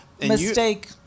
Mistake